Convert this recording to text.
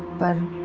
but,